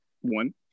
one